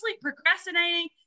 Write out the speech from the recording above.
procrastinating